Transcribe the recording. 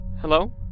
Hello